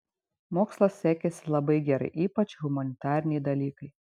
mokslas sekėsi labai gerai ypač humanitariniai dalykai